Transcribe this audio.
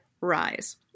Rise